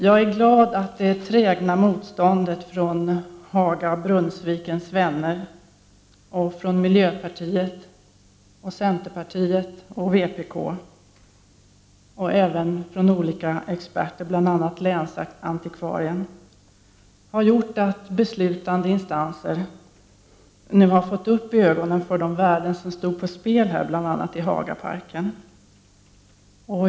Jag är alltså glad över att det trägna motståndet från Haga-Brunnsvikens vänner och från miljöpartiet, centerpartiet och vpk men även från olika experter — bl.a. länsantikvarien — har medverkat till att beslutande instanser nu har fått upp ögonen för de värden som står på spel, t.ex. i Hagaparken.